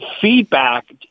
feedback